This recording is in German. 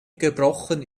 gebrochen